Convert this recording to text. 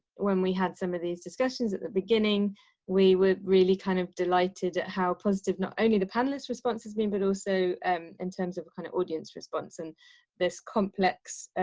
when we had some of these discussions at the beginning we would. really kind of delighted at how positive, not only the panelists responses mean, but also in terms of kind of audience response and this complex,